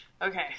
Okay